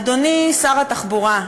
אדוני שר התחבורה,